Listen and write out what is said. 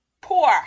poor